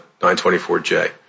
924J